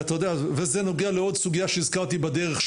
וזה נוגע לעוד סוגיה שהזכרתי בדרך,